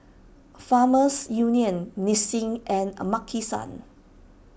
Farmers Union Nissin and a Maki San